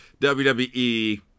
WWE